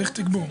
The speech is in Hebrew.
צריך תגבור.